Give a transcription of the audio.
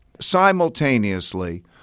Simultaneously